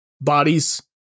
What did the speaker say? bodies